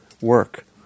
work